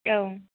औ